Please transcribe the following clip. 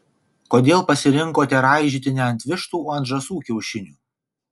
kodėl pasirinkote raižyti ne ant vištų o ant žąsų kiaušinių